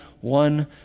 one